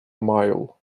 mile